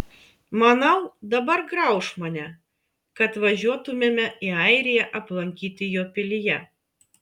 manau dabar grauš mane kad važiuotumėme į airiją aplankyti jo pilyje